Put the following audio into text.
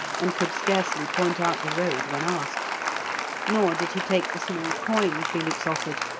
and could scarcely point out the road when asked nor did he take the small coin felix offered,